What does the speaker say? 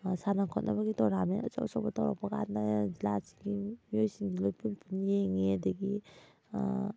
ꯁꯥꯟꯅ ꯈꯣꯠꯅꯕꯒꯤ ꯇꯣꯔꯅꯥꯃꯦꯟ ꯑꯆꯧ ꯑꯆꯧꯕ ꯇꯧꯔꯛꯄ ꯀꯥꯟꯗ ꯖꯤꯜꯂꯥꯑꯁꯤꯒꯤ ꯃꯤꯑꯣꯏꯁꯤꯡꯁꯤ ꯂꯣꯏꯅ ꯄꯨꯟ ꯄꯨꯟꯅ ꯌꯦꯡꯉꯤ ꯑꯗꯨꯗꯒꯤ